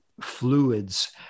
fluids